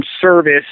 service